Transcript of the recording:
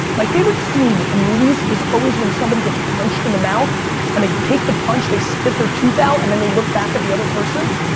my favorite scene in movies is always when somebody gets punched in the mouth and they take the punch, they spit their tooth out and then a look back at the other person,